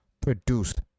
produced